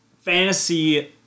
Fantasy